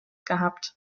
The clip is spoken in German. gehabt